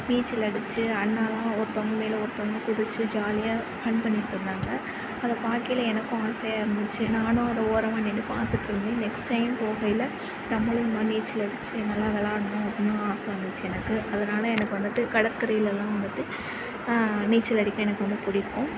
நீச்சல் அடித்து அண்ணாலாம் ஒருத்தங்க மேலே ஒருத்தங்க குதித்து ஜாலியாக ஃபன் பண்ணிகிட்டு இருந்தாங்க அதை பார்க்கையில எனக்கும் ஆசையாக இருந்துச்சு நானும் அத ஓரமாக நின்று பார்த்துட்ருந்தேன் ஃநெக்ஸ்ட் டைம் போகயில நம்மளும் இந்தமாதிரி நீச்சல் அடித்து நல்லா வெளாடுணும் அப்படின்னு ஆசை வந்துச்சு எனக்கு அதனால எனக்கு வந்துட்டு கடற்கரையில் தான் வந்துட்டு நீச்சல் அடிக்க எனக்கு வந்து பிடிக்கும்